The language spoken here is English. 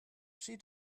she